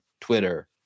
Twitter